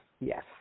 Yes